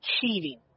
cheating